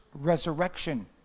resurrection